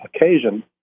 Occasion